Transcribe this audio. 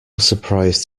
surprised